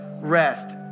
rest